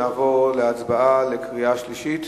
נעבור להצבעה בקריאה שלישית.